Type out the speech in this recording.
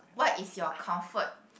what is your comfort